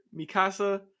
Mikasa